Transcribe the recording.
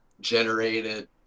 generated